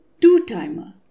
Two-timer